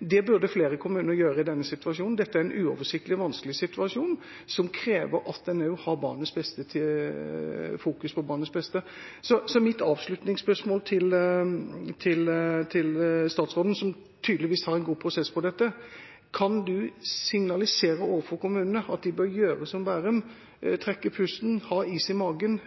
Det burde flere kommuner gjøre i denne situasjonen. Dette er en uoversiktlig, vanskelig situasjon som krever at man har fokus på barnets beste. Mitt avslutningsspørsmål til statsråden, som tydeligvis har en god prosess på dette, er: Kan statsråden signalisere overfor kommunene at de bør gjøre som Bærum: trekke pusten, ha is i magen,